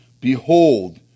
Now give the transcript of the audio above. Behold